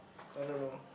I don't know